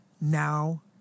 now